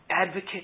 advocate